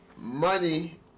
Money